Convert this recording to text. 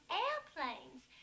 airplanes